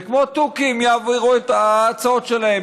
וכמו תוכים יעבירו את ההצעות שלהם.